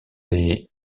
les